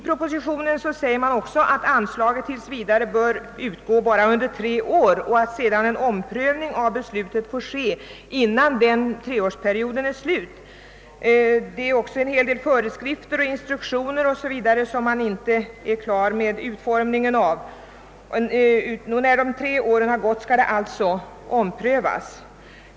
I propositionen sägs det också att anslaget tills vidare endast bör utgå under tre år och att sedan en omprövning av beslutet får ske innan treårsperioden är slut. Det är också en hel del föreskrifter och instruktioner, med vilkas utformning man ännu inte är klar. Innan de tre åren gått skall frågan alltså omprövas.